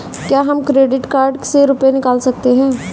क्या हम credit card से रुपये निकाल सकते हैं?